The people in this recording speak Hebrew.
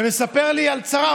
ומספר לי על צרה.